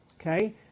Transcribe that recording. Okay